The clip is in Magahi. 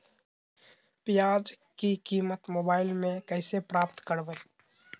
प्याज की कीमत मोबाइल में कैसे पता करबै?